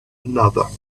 another